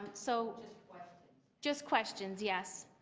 so just just questions, yes?